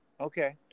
Okay